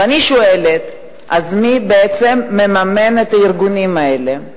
ואני שואלת: מי בעצם מממן את הארגונים האלה?